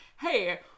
hey